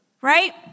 Right